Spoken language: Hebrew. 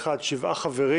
הצבעה בעד, 7 נגד,